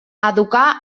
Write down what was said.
educar